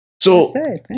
So-